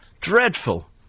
Dreadful